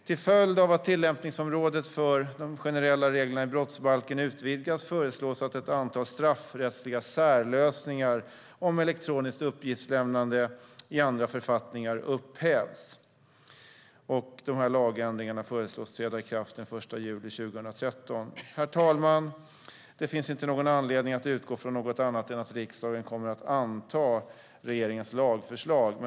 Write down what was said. Till följd av att tillämpningsområdet för de generella reglerna i brottsbalken utvidgas föreslås att ett antal straffrättsliga särlösningar om elektroniskt uppgiftslämnande i andra författningar upphävs. De här lagändringarna föreslås träda i kraft den 1 juli 2013. Herr talman! Det finns inte någon anledning att utgå från något annat än att riksdagen kommer att anta regeringens lagförslag.